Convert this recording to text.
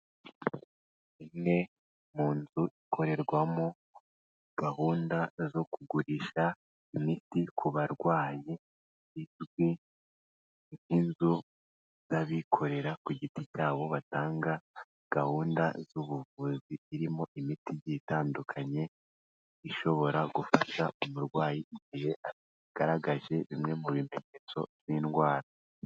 Imwe mu nzu ikorerwamo gahunda zo kugurisha imiti ku barwayi, bizwi nk'inzu z'abikorera ku giti cyabo batanga gahunda z'ubuvuzi, irimo imiti igiye itandukanye, ishobora gufasha umurwayi igihe agaragaje bimwe mu bimenyetso by'indwara.